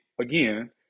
again